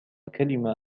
كلمة